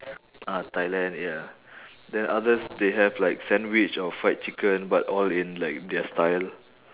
ah thailand ya then others they have like sandwich or fried chicken but all in like their style